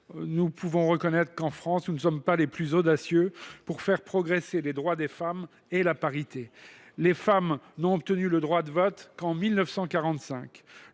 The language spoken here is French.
nous pouvons reconnaître qu’en France nous ne sommes pas les plus audacieux pour faire progresser les droits des femmes et la parité. Les femmes n’ont obtenu le droit de vote qu’en 1945